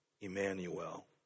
Emmanuel